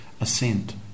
assent